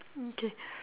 okay